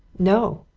no!